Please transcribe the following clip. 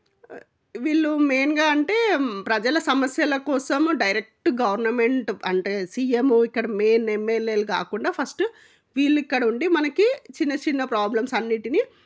వీళ్ళు మెయిన్గా అంటే ప్రజల సమస్యల కోసం డైరెక్ట్ గవర్నమెంట్ అంటే సిఎం ఇక్కడ మెయిన్ ఎంఎల్ఏలు కాకుండా ఫస్ట్ వీళ్ళు ఇక్కడ ఉండి మనకి చిన్న చిన్న ప్రాబ్లమ్స్ అన్నిటినీ